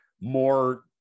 more